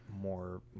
more